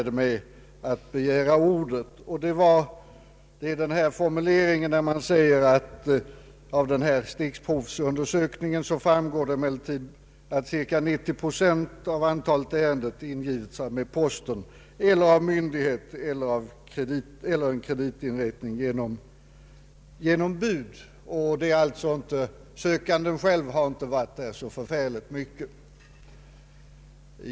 Det var den formulering där man säger att ”av stickprovsundersökningen framgår emellertid att cirka 90 procent av antalet ärenden ingivits med posten eller av myndighet eller av kreditinrättning genom bud”. Sökandena själva har alltså inte varit där i så stor utsträckning.